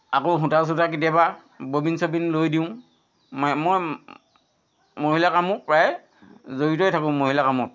আকৌ সূতা চূতা কেতিয়াবা ববিন চবিন লৈ দিওঁ মই মহিলা কামো প্ৰায়ে জড়িতয়ে থাকোঁ মহিলাৰ কামত